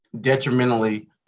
detrimentally